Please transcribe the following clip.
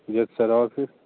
yes sir और फिर